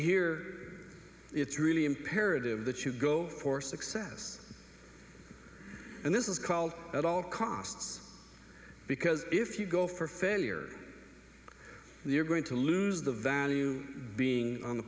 here it's really imperative that you go for success and this is called at all costs because if you go for failure you're going to lose the value being on the